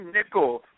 Nickel